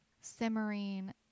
simmering